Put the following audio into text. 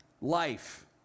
life